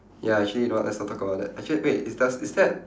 ya actually you know what let's not talk about that actually wait is does is that